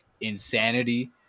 insanity